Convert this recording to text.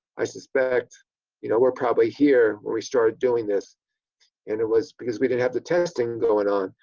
i suspect you know we're probably here when we started doing this and it was because we didn't have the testing going on.